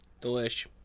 Delish